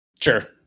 Sure